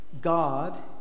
God